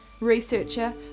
researcher